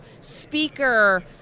speaker